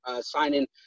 signing